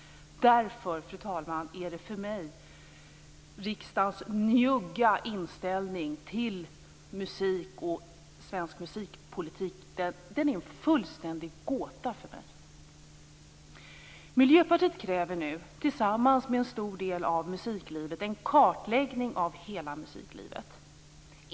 Därför, fru talman, är riksdagens njugga inställning till musik och svensk musikpolitik en fullständig gåta för mig. Miljöpartiet kräver nu tillsammans med en stor del av musiklivet en kartläggning av hela musiklivet.